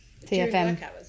TFM